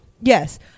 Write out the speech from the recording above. Yes